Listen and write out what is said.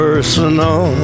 Personal